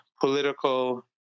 political